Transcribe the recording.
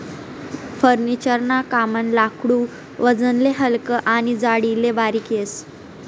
furniture ना कामनं लाकूड वजनले हलकं आनी जाडीले बारीक येस